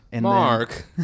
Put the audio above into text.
Mark